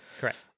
Correct